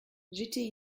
j’étais